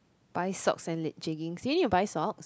buy socks and leg~ jeggings do you need to buy socks